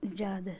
زیادٕ